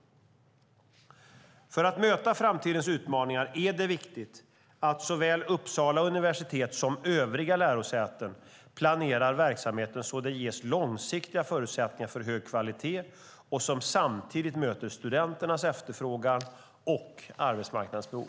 För att möta framtidens utmaningar är det viktigt att såväl Uppsala universitet som övriga lärosäten planerar verksamheten så att det ges långsiktiga förutsättningar för en hög kvalitet som samtidigt möter studenternas efterfrågan och arbetsmarknadens behov.